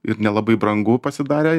ir nelabai brangu pasidarę